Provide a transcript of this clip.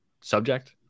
subject